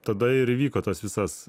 tada ir įvyko tas visas